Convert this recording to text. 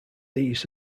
these